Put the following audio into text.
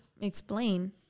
explain